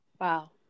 wow